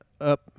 up